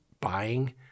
buying